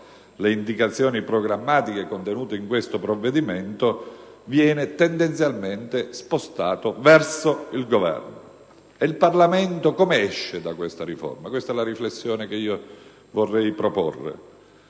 le indicazioni programmatiche inserite in questo provvedimento viene tendenzialmente spostato verso il Governo. Il Parlamento, allora, come esce da questa riforma? Questa è la riflessione che vorrei proporre,